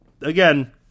again